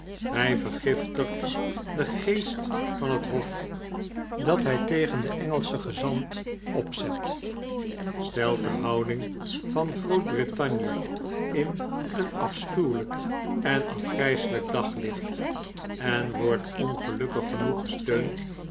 hij vergiftigt den geest van het hof dat hij tegen den engelschen gezant opzet stelt de houding van groot-brittanje in een afschuwelijk en afgrijselijk daglicht en wordt ongelukkig genoeg gesteund